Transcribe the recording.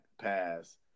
pass